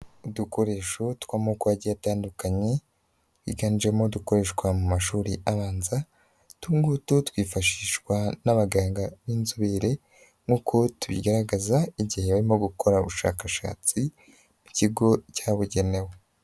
Udukoresho tw'amoko agiye atandukanye, higanjemo udukoreshwa mu mashuri abanza, utu ngutu twifashishwa n'abaganga b'inzobere nk'uko tubigaragaza, igihe barimo gukora ubushakashatsi, mu kigo cyabugenewe.